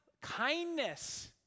kindness